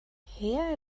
her